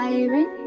Siren